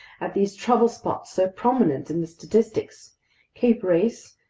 at these trouble spots so prominent in the statistics cape race,